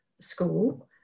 school